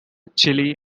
chile